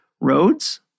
roads